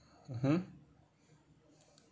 (uh huh)